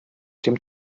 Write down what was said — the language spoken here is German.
dem